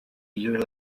year